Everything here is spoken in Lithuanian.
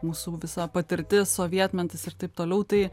mūsų visų patirtis sovietmetis ir taip toliau tai